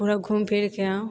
पूरा घूम फिरके आउ